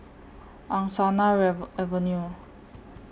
Angsana Avenue